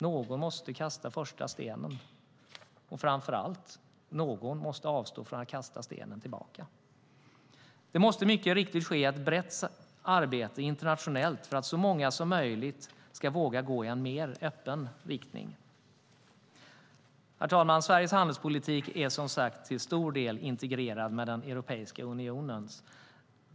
Någon måste kasta första stenen, och, framför allt, någon måste avstå från att kasta stenen tillbaka. Det måste mycket riktigt ske ett brett arbete internationellt för att så många som möjligt ska våga gå i en mer öppen riktning. Herr talman! Sveriges handelspolitik är som sagt till stor del integrerad med Europeiska unionens.